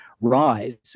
rise